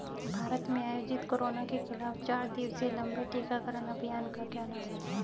भारत में आयोजित कोरोना के खिलाफ चार दिवसीय लंबे टीकाकरण अभियान का क्या नाम है?